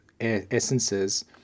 essences